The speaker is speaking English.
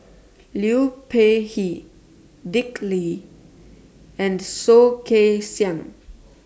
Liu Peihe Dick Lee and Soh Kay Siang